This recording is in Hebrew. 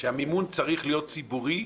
שהמימון צריך להיות ציבורי,